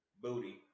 booty